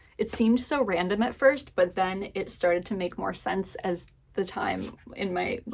it seemed so random at first, but then it started to make more sense as the time in my, like,